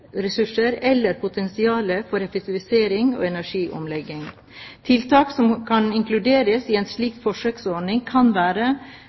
eller potensial for effektivisering og energiomlegging. Tiltak som kan inkluderes i en slik forsøksordning, kan være: